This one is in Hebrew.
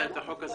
אני אוציא אותך,